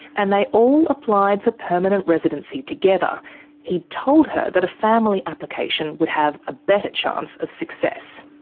and they all applied for permanent residency together he told her that a family application would have a better chance of success.